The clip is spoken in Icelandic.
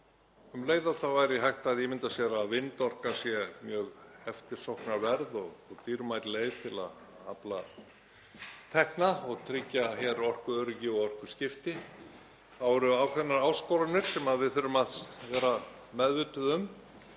Um leið og hægt er að ímynda sér að vindorka sé mjög eftirsóknarverð og dýrmæt leið til að afla tekna og tryggja orkuöryggi og orkuskipti þá eru ákveðnar áskoranir sem við þurfum að vera meðvituð um.